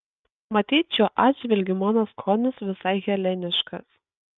matyt šiuo atžvilgiu mano skonis visai heleniškas